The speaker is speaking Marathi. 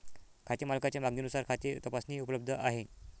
खाते मालकाच्या मागणीनुसार खाते तपासणी उपलब्ध आहे